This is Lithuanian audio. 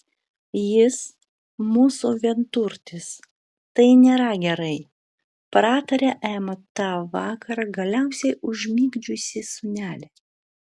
jis mūsų vienturtis tai nėra gerai pratarė ema tą vakarą galiausiai užmigdžiusi sūnelį